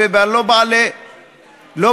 לא בעלי יכולת,